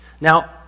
Now